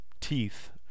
teeth